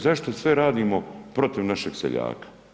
Zašto sve radimo protiv našeg seljaka?